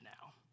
now